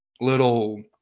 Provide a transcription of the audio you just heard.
little